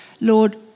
Lord